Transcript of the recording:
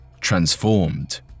transformed